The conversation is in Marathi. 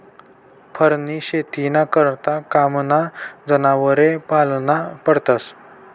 फरनी शेतीना करता कामना जनावरे पाळना पडतस